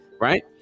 right